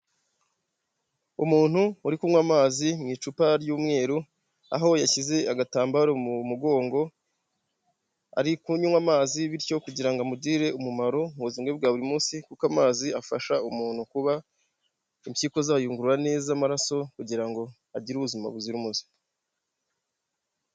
Umuntu uri kunywa amazi mu icupa ry'umweru, aho yashyize agatambaro mu mugongo ari kunywa amazi bityo kugira ngo amugirire umumaro mu buzima bwe bwa buri munsi, kuko amazi afasha umuntu kuba impyiko zayungurura neza amaraso kugira ngo agire ubuzima buzira umuze.